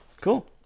Cool